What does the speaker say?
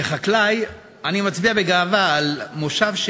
כחקלאי אני מצדיע בגאווה למושב,